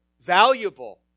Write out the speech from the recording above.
valuable